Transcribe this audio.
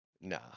Nah